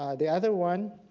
the other one